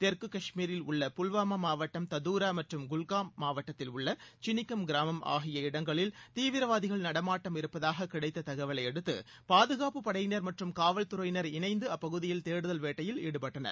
தெற்கு காஷ்மீரில் உள்ள புல்வாமா மாவட்டம் ததுரா மற்றும் குல்காம் மாவட்டத்தில் உள்ள சினிகம் கிராமம் ஆகிய இடங்களில் தீவிரவாதிகளின் நடமாட்டம் இருப்பதாக கிடைத்த தகவலை அடுத்து பாதுகாப்புப் படையினர் மற்றும் காவல்துறையினர் இணைந்து அப்பகுதியில் தேடுதல் வேட்டையில் ஈடுபட்டனர்